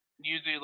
usually